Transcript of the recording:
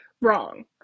Wrong